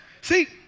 see